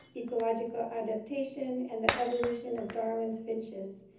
ecological adaptation, and the evolution of darwin's finches.